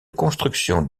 construction